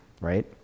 right